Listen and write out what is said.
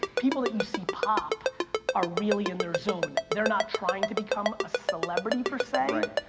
people that you see pop are really in their zone. they're not trying to become a celebrity per se,